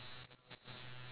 ya ya